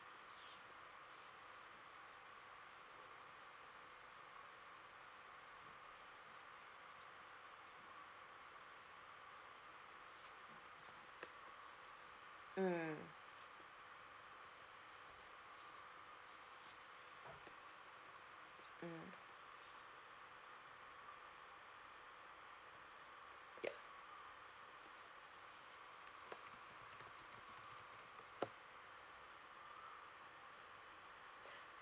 mm mm ya